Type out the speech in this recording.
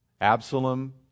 Absalom